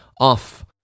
off